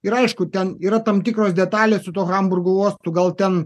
ir aišku ten yra tam tikros detalės su tuo hamburgo uostu gal ten